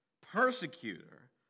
persecutor